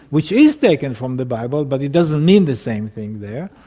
which is taken from the bible but it doesn't mean the same thing there.